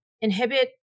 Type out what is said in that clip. inhibit